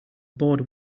board